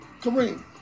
kareem